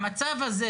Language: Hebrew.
המצב הזה,